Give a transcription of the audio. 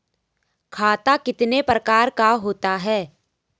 खाता कितने प्रकार का होता है?